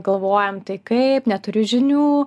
galvojam tai kaip neturiu žinių